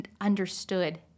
understood